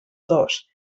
dos